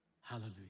Hallelujah